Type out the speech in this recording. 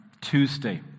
Tuesday